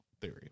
theory